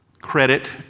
credit